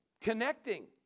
connecting